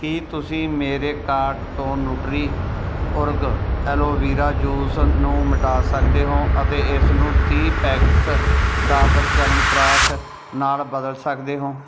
ਕੀ ਤੁਸੀਂ ਮੇਰੇ ਕਾਰਟ ਤੋਂ ਨੁਟਰੀਓਰਗ ਐਲੋ ਵੀਰਾ ਜੂਸ ਨੂੰ ਮਿਟਾ ਸਕਦੇ ਹੋ ਅਤੇ ਇਸਨੂੰ ਤੀਹ ਪੈਕਟਸ ਡਾਬਰ ਚਵਨਪ੍ਰਾਸ਼ ਨਾਲ ਬਦਲ ਸਕਦੇ ਹੋ